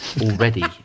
already